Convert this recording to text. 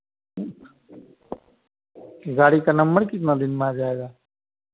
गाड़ी का नंबर कितना दिन में आ जाएगा